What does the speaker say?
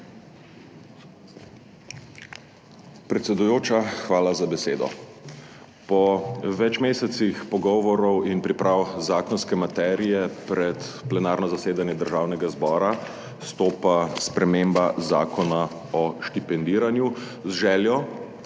Predsedujoča, hvala za besedo. Po več mesecih pogovorov in priprav zakonske materije pred plenarno zasedanje Državnega zbora stopa sprememba Zakona o štipendiranju z željo,